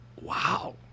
wow